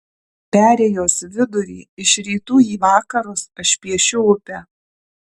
perėjos vidurį iš rytų į vakarus aš piešiu upę